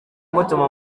mutuma